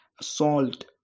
salt